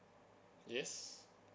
yes